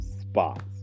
spots